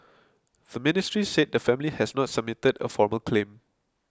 the ministry said the family has not submitted a formal claim